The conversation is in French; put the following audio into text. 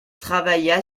travailla